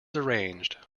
arranged